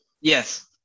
Yes